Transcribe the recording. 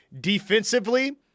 Defensively